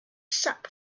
sap